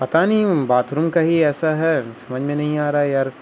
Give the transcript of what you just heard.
پتہ نہیں bathroom کا ہی ایسا ہے سمجھ میں نہیں آ رہا ہے یار